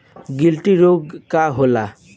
गिलटी रोग का होखे?